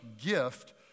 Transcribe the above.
gift